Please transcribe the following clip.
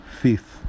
faith